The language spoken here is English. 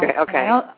okay